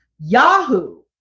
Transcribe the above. Yahoo